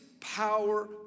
power